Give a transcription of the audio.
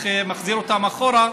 איך הוא מחזיר אותם אחורה.